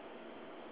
ya